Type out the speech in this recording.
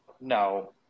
no